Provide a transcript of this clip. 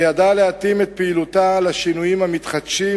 וידע להתאים את פעילותה לשינויים המתחדשים,